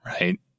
right